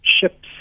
ships